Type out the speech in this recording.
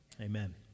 Amen